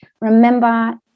Remember